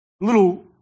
little